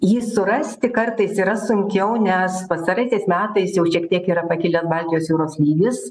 jį surasti kartais yra sunkiau nes pastaraisiais metais jau šiek tiek yra pakilęs baltijos jūros lygis